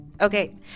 Okay